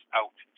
out